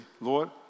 Lord